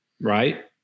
right